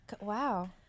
Wow